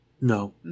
No